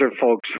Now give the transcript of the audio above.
folks